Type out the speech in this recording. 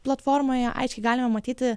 platformoje aiškiai galima matyti